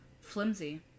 flimsy